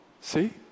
See